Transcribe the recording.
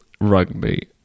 rugby